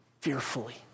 fearfully